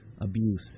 abuse